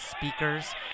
speakers